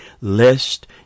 lest